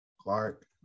Clark